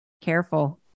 careful